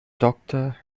doctor